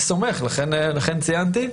אני סומך על זה, לכן ציינתי.